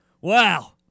Wow